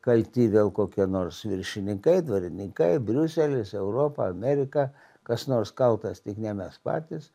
kalti vėl kokie nors viršininkai dvarininkai briuselis europa amerika kas nors kaltas tik ne mes patys